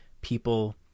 people